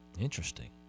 Interesting